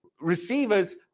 Receivers